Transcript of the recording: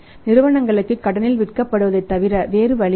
நிறுவனங்களுக்கு கடனில் விற்கப்படுவதைத் தவிர வேறு வழியில்லை